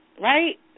right